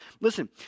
Listen